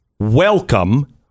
Welcome